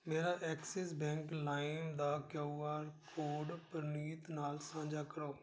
ਮੇਰਾ Axis Bank ਲਾਇਮ ਦਾ ਕਿਯੂ ਆਰ ਕੋਡ ਪ੍ਰਨੀਤ ਨਾਲ ਸਾਂਝਾ ਕਰੋ